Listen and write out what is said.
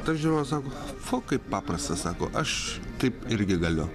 tas žiūrovas sako fu kaip paprasta sako aš taip irgi galiu